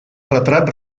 retrat